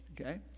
okay